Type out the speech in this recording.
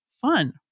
fun